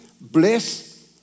bless